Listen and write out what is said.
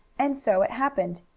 and so it happened.